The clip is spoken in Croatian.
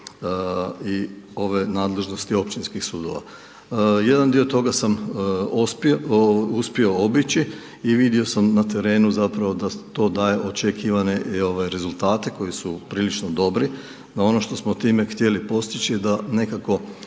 i ove nadležnosti općinskih sudova. Jedan dio toga sam uspio obići i vidio sam na terenu zapravo da to daje očekivane rezultate koji su prilično dobri, no ono što smo time htjeli postići, da nekako